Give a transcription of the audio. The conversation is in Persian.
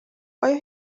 آیا